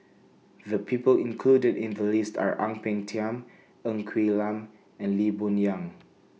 The People included in The list Are Ang Peng Tiam Ng Quee Lam and Lee Boon Yang